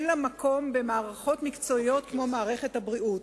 אין לו מקום במערכות מקצועיות כמו מערכת הבריאות.